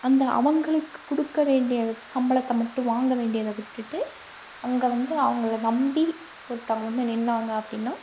அந்த அவங்களுக்கு கொடுக்க வேண்டிய சம்பளத்தை மட்டும் வாங்க வேண்டியதை விட்டுட்டு அங்கே வந்து அவங்கள நம்பி ஒருத்தங்க வந்து நின்னாங்க அப்படின்னா